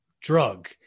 drug